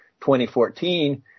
2014